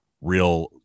real